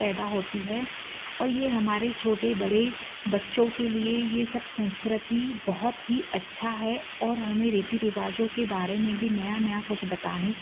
पैदा होती है और यह हमारे छोटे बड़े बच्चों के लिए यह सब संस्कृति बहुत ही अच्छा है और हमें रीति रिवाजों के बारे में भी नया नया कुछ बताने